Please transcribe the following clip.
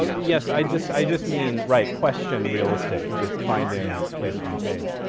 yes, i just i just mean right, question real estate, just finding a place on the page.